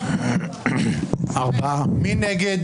מי נגד?